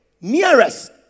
nearest